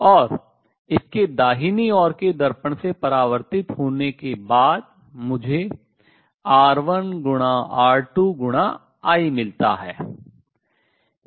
और इसके दाहिनी ओर के दर्पण से परावर्तित होने के बाद मुझे R1 गुणा R2 गुणा I आई मिलता है